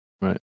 right